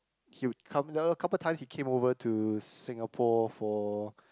he would come down a couple times he came over to Singapore for